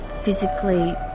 physically